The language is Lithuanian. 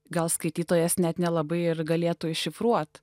gal skaitytojas net nelabai ir galėtų iššifruot